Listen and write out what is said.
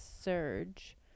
surge